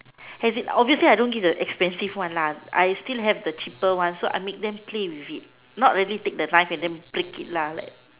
as in obviously I don't give the expensive one lah I still have the cheaper one so I make them play with it not really take the knife and then break it like